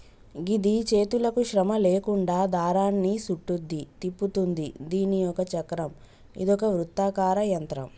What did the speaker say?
గిది చేతులకు శ్రమ లేకుండా దారాన్ని సుట్టుద్ది, తిప్పుతుంది దీని ఒక చక్రం ఇదొక వృత్తాకార యంత్రం